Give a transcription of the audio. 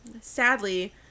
Sadly